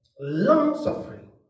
long-suffering